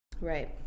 Right